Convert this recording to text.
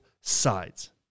sides